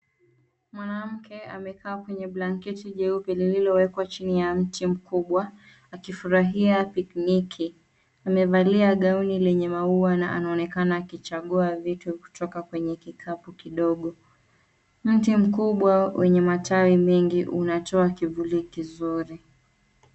Mwanamke amekaa kwenye blanketi jeupe lililowekwa chini ya mti mkubwa akifurahia pikniki . Amevalia gauni lenye maua na anaonekana akichagua vitu kutoka kwenye kikapu kidogo. Mti mkubwa wenye matawi kidogo unatoa kivuli kizuri.